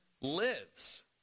lives